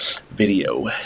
video